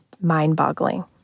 mind-boggling